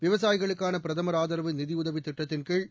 விவசாயிகளுக்கான பிரதமர் ஆதரவு நிதியுதவி திட்டத்தின்கீழ்